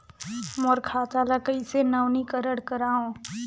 मोर खाता ल कइसे नवीनीकरण कराओ?